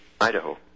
Idaho